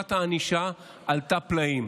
ורמת הענישה עלתה פלאים.